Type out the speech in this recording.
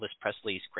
Presley's